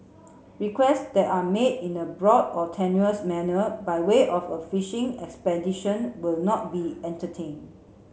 requests that are made in a broad or tenuous manner by way of a fishing expedition will not be entertained